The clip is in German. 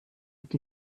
die